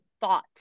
thought